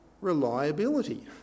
reliability